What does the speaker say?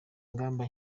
ingamba